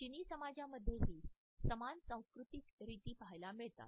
चिनी समाजामध्येही समान सांस्कृतिक रीती पाहायला मिळते